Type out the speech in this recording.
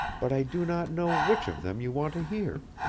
but i do not know which of them you want to hear.